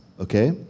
okay